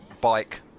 bike